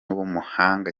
w’umuhanga